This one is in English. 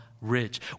rich